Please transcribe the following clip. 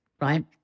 right